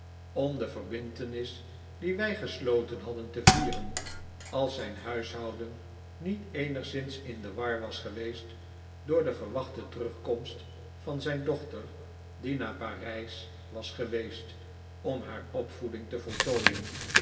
om de verbintenis die wij gesloten hadden te vieren als zijn huishoudeh niet eenigszins in de war was geweest door de verwachte terugkomst van zijn dochter die naar parijs was geweest om haar opvoeding te voltooien